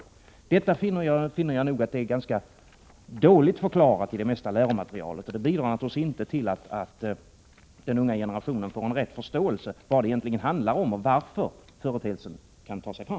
Detta finner jag ganska dåligt förklarat i det mesta läromaterialet, och det bidrar inte till att den unga generationen får en riktig förståelse av vad det handlar om och varför den företeelsen kan ta sig fram.